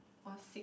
or sick